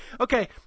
Okay